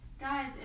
guys